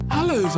Hello